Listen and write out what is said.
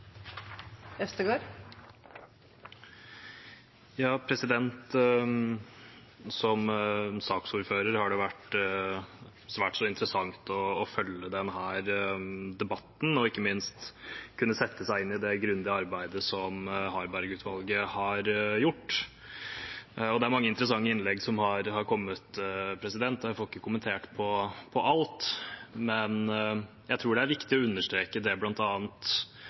det vært svært så interessant å følge denne debatten og ikke minst kunne sette seg inn i det grundige arbeidet som Harberg-utvalget har gjort. Det er mange interessante innlegg som har kommet. Jeg får ikke kommentert alt, men jeg tror det er viktig å understreke det